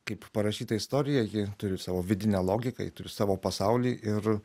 kaip parašyta istorija ji turi savo vidinę logiką ji turi savo pasaulį ir